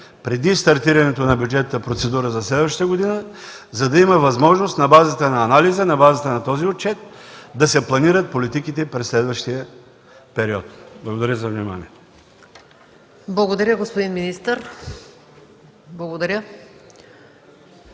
преди стартирането на бюджетната процедура за следващата година, за да има възможност на базата на анализа и на този отчет да се планират политиките за следващия период. Благодаря за вниманието. ПРЕДСЕДАТЕЛ МАЯ МАНОЛОВА: Благодаря,